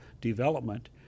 development